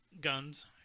guns